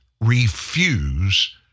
refuse